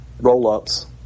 roll-ups